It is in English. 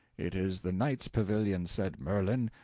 it is the knight's pavilion, said merlin,